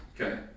Okay